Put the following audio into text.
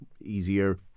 easier